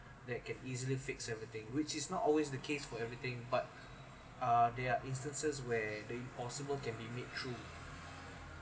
that can easily fix everything which is not always the case for everything but uh there are instances where the possible can be made through